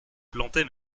planter